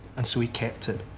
and so he kept it.